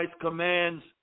commands